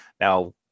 Now